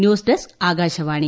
news desk Akashvani